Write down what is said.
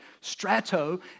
Strato